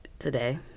today